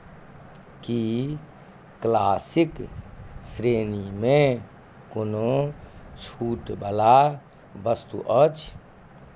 की classic श्रेणीमे कोनो छूटवला वस्तु अछि